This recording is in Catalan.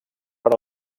per